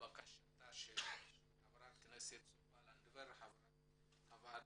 לבקשתה של חברת הכנסת סופה לנדבר חברת הוועדה.